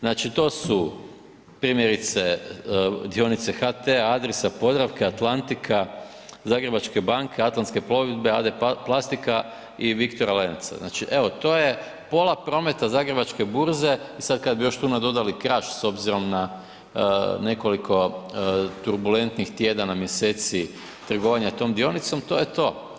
Znači to su primjerice dionica HT-a, Adrisa, Podravke, Atlantika, Zagrebačke banke, Atlanske plovidbe, AD Plastika i Viktora Lenca, znači evo to je pola prometa zagrebačke burze i sad kad bi još tu nadodali Kraš s obzirom na nekoliko turbulentnih tjedana, mjeseci trgovanja tom dionicom, to je to.